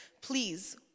Please